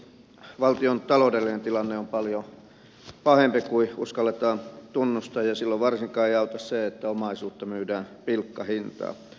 valtion taloudellinen tilanne on paljon pahempi kuin uskalletaan tunnustaa ja silloin varsinkaan ei auta se että omaisuutta myydään pilkkahintaan